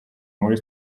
muri